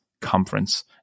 conference